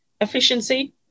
efficiency